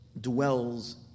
dwells